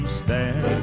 stand